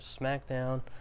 SmackDown